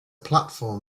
platform